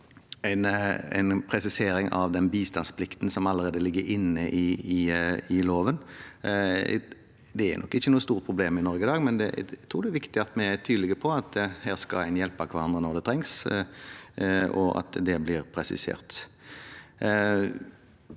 en presisering av den bistandsplikten som allerede ligger inne i loven. Det er nok ikke noe stort problem i Norge i dag, men jeg tror det er viktig at vi er tydelige på at her skal en hjelpe hverandre når det trengs, og at det blir presisert.